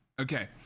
Okay